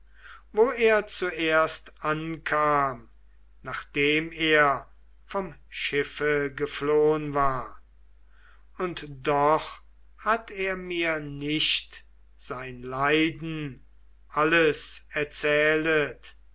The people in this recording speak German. wo er zuerst ankam nachdem er vom schiffe geflohn war und doch hat er mir nicht sein leiden alles erzählet